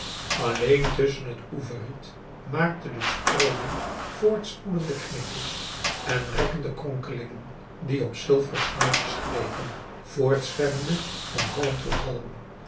alleen tusschen het oeverriet maakte de strooming voortspoelende kringetjes en rekkende kronkelingen die op zilveren slangetjes geleken